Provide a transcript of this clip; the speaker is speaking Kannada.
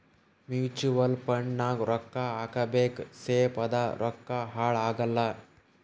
ಮೂಚುವಲ್ ಫಂಡ್ ನಾಗ್ ರೊಕ್ಕಾ ಹಾಕಬೇಕ ಸೇಫ್ ಅದ ರೊಕ್ಕಾ ಹಾಳ ಆಗಲ್ಲ